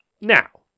Now